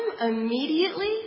immediately